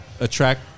attract